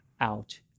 out